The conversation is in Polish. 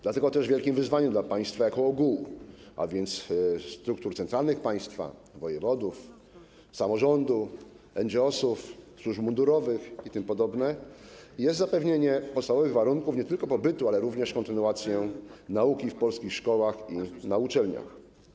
Dlatego też wielkim wyzwaniem dla państwa jako ogółu, czyli struktur centralnych państwa, wojewodów, samorządów, NGO-s, służb mundurowych itp., jest zapewnienie podstawowych warunków nie tylko pobytu, ale również kontynuacji nauki w polskich szkołach i na polskich uczelniach.